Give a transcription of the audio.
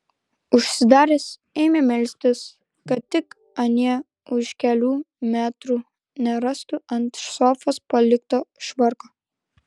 užsidaręs ėmė melstis kad tik anie už kelių metrų nerastų ant sofos palikto švarko